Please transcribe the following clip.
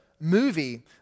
movie